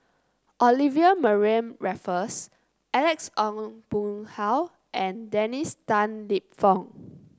Olivia Mariamne Raffles Alex Ong Boon Hau and Dennis Tan Lip Fong